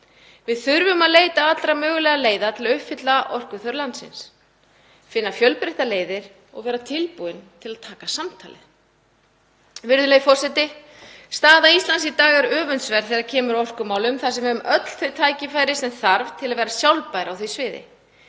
Við þurfum að leita allra mögulegra leiða til að uppfylla orkuþörf landsins, finna fjölbreyttar leiðir og vera tilbúin til að taka samtalið. Virðulegur forseti. Staða Íslands í dag er öfundsverð þegar kemur að orkumálum þar sem við höfum öll þau tækifæri sem þarf til að vera sjálfbær á því sviði.